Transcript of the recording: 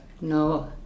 No